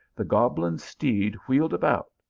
the goblin steed wheeled about,